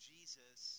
Jesus